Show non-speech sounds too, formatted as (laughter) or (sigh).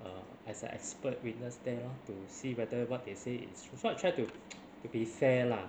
err as an expert witness there lor to see whether what they say is tr~ if not try to (noise) try to to be fair lah